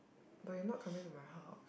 but you're not coming to my house